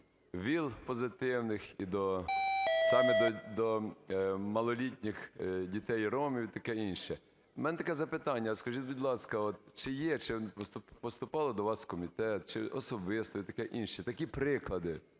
ВІЛ-позитивних, і до саме малолітніх дітей ромів, і таке інше. У мене таке запитання. Скажіть, будь ласка, чи є, чи поступали до вас в комітет, чи особисто і таке інше, такі приклади,